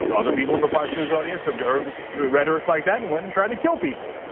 but other people in the fox news audience have heard rhetoric like that and went and tried to kill people,